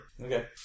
Okay